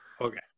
Okay